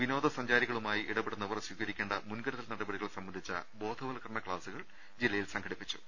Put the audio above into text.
വിനോദസഞ്ചാരികളുമായി ഇടപെടുന്നവർ സ്വീകരി ക്കേണ്ട മുൻകരുതൽ നടപടികൾ സംബന്ധിച്ച ബോധ വത്ക്കരണ ക്ലാസുകൾ ജില്ലയിൽ സംഘടിപ്പിച്ചു